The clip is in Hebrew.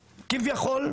כביכול,